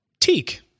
teak